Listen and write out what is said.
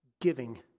giving